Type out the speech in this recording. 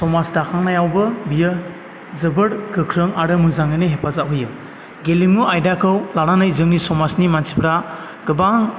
समाज दाखांनायावबो बियो जोबोद गोख्रों आरो मोजाङैनो हेफाजाब होयो गेलेमु आयदाखौ लानानै जोंनि समाजनि मानसिफोरा गोबां